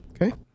Okay